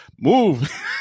Move